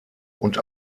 und